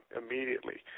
immediately